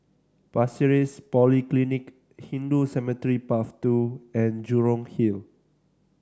Pasir Ris Polyclinic Hindu Cemetery Path Two and Jurong Hill